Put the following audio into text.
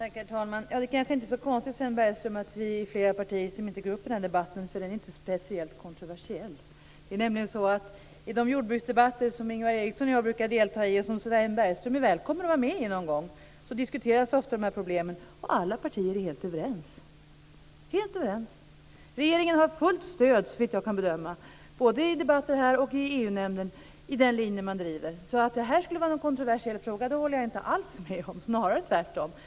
Herr talman! Det är kanske inte så konstigt, Sven Bergström, att det är flera partier som inte går upp i den här debatten. Den är nämligen inte speciellt kontroversiell. I de jordbruksdebatter som Ingvar Eriksson och jag brukar delta i, och som Sven Bergström är välkommen att vara med i någon gång, diskuteras ofta de här problemen, och alla partier är helt överens. Regeringen har fullt stöd, såvitt jag kan bedöma, både i debatter här och i EU-nämnden, för den linje man driver. Jag håller därför inte alls med om att det här skulle vara en kontroversiell fråga, snarare tvärtom.